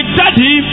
daddy